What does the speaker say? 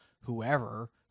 whoever